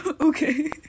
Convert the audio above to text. okay